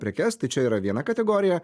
prekes tai čia yra viena kategorija